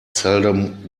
seldom